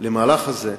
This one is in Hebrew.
למהלך הזה,